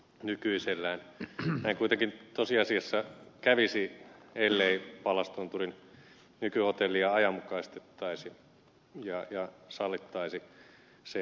näin kuitenkin tosiasiassa kävisi ellei pallastunturin nykyhotellia ajanmukaistettaisi ja sallittaisi sen parannukset